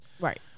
Right